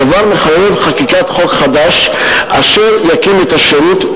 הדבר מחייב חקיקת חוק חדש אשר יקים את השירות,